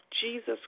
Jesus